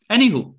Anywho